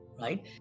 right